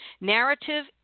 Narrative